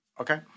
okay